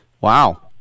Wow